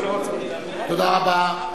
תודה רבה.